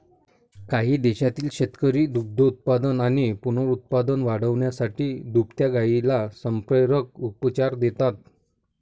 काही देशांतील शेतकरी दुग्धोत्पादन आणि पुनरुत्पादन वाढवण्यासाठी दुभत्या गायींना संप्रेरक उपचार देतात